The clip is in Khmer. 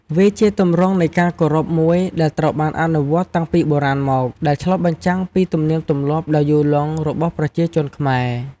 វាជាទម្រង់នៃការគោរពមួយដែលត្រូវបានអនុវត្តតាំងពីបុរាណមក ដែលឆ្លុះបញ្ចាំងពីទំនៀមទម្លាប់ដ៏យូរលង់របស់ប្រជាជនខ្មែរ។